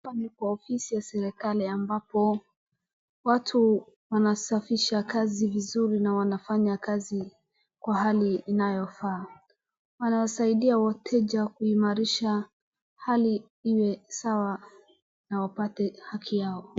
Hapa ni kwa ofisi ya serikali ambapo watu wanasafisha kazi vizuri na wanafanya kazi kwa hali inayofaa, wanawasaidia wateja kuimarisha hali iwe sawa na wapate haki yao.